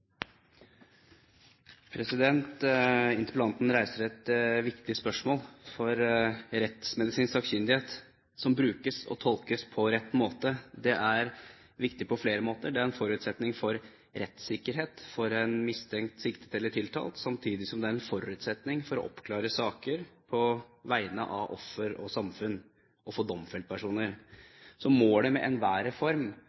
viktig på flere måter. Det er en forutsetning for rettssikkerhet for en mistenkt, siktet eller tiltalt samtidig som det er en forutsetning for å oppklare saker på vegne av offer og samfunn, og for domfelte personer. Målet med enhver reform må jo være å få